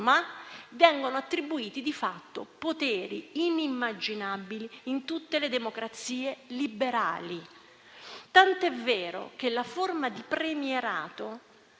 vengono attribuiti di fatto poteri inimmaginabili in tutte le democrazie liberali. Tant'è vero che la forma di premierato